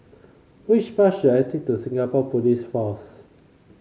which bus should I take to Singapore Police Force